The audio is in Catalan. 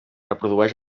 reprodueix